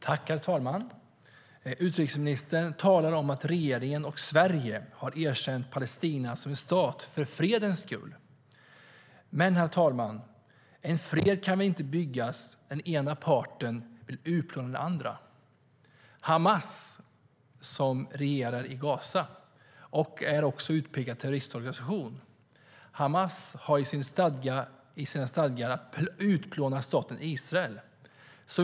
Herr talman! Utrikesministern talade om att regeringen och Sverige har erkänt Palestina som stat för fredens skull. Men en fred kan väl inte byggas där den ena parten vill utplåna den andra, herr talman. Hamas, som regerar i Gaza och är utpekad som terroristorganisation, har i sina stadgar att utplåna staten Israel.